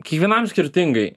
kiekvienam skirtingai